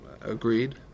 agreed